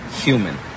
human